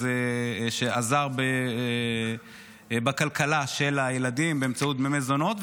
אז הוא עזר בכלכלה של הילדים במזונות,